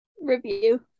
review